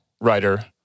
writer